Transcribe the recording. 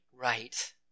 right